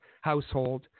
household